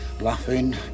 laughing